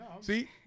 See